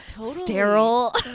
sterile